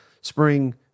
spring